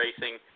Racing